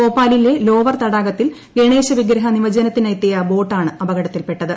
ഭോപ്പാലിലെ lower തടാകത്തിൽ ഗണേശ വിഗ്രഹ നിമജ്ജനത്തിനെത്തിയ ബോട്ടാണ് അപകടത്തിൽപ്പെട്ടത്